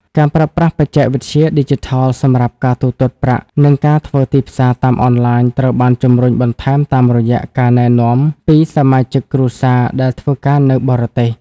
ការប្រើប្រាស់បច្ចេកវិទ្យាឌីជីថលសម្រាប់ការទូទាត់ប្រាក់ និងការធ្វើទីផ្សារតាមអនឡាញត្រូវបានជម្រុញបន្ថែមតាមរយៈការណែនាំពីសមាជិកគ្រួសារដែលធ្វើការនៅបរទេស។